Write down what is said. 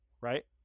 right